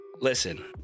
Listen